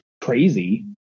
crazy